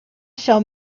shall